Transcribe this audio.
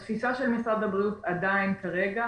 התפיסה של משרד הבריאות עדיין כרגע